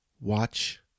watch